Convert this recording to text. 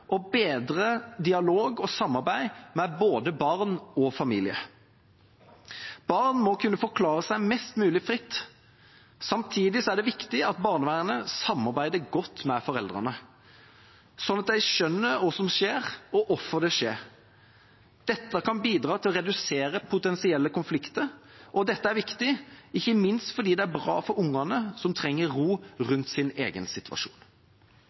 bedre dialog og samarbeid med både barn og familier. Barn må kunne forklare seg mest mulig fritt. Samtidig er det viktig at barnevernet samarbeider godt med foreldrene, sånn at de skjønner hva som skjer, og hvorfor det skjer. Dette kan bidra til å redusere potensielle konflikter. Dette er viktig, ikke minst fordi det er bra for ungene, som trenger ro rundt sin egen situasjon.